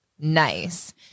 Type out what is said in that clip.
Nice